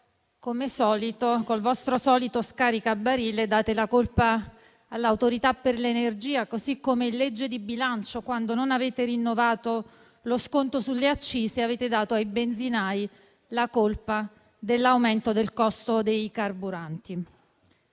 come al solito, con il vostro solito scaricabarile, date la colpa all'ARERA, così come in legge di bilancio, quando non avete rinnovato lo sconto sulle accise, avete dato ai benzinai la colpa dell'aumento del costo dei carburanti.